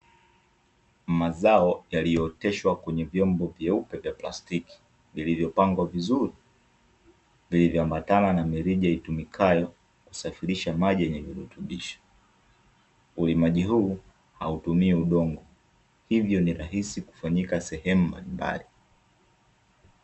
Mazao yaliyooteshwa kwenye vyombo vyeupe vya plastiki vilivyopangwa vizuri, vilivyoambatana na mirija itumikayo kusafirisha maji yenye virutubisho. Ulimaji huu hautumii udongo, hvyo ni rahisi kufanyika sehemu mbalimbali.